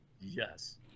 Yes